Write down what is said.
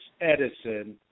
Edison